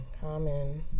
common